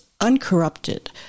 uncorrupted